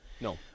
No